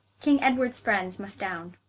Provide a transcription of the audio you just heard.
king edwards friends must downe.